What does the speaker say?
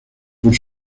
por